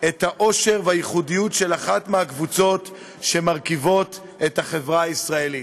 את העושר והייחודיות של אחת מהקבוצות שמרכיבות את החברה הישראלית.